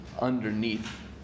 underneath